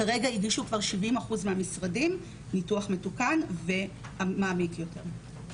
כרגע הגישו כבר 70% מהמשרדים ניתוח מתוקן ומעמיק יותר.